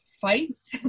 fights